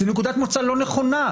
זאת נקודת מוצא לא נכונה.